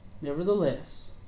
Nevertheless